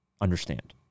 understand